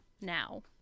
now